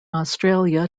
australia